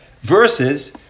Versus